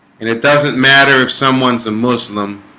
and it doesn't matter if someone's a muslim